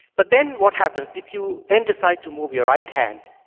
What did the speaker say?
but then what happens, if you then decide to move your right hand,